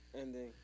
ending